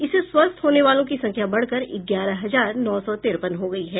इससे स्वस्थ होने वालों की संख्या बढ़कर ग्यारह हजार नौ सौ तिरपन हो गयी है